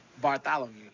Bartholomew